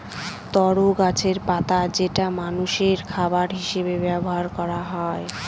তরো গাছের পাতা যেটা মানষের খাবার হিসেবে ব্যবহার করা হয়